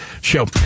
show